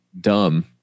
dumb